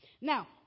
Now